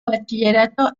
bachillerato